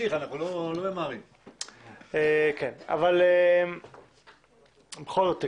בכל זאת,